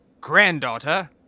Granddaughter